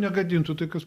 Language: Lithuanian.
negadintų tai kas